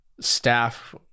staff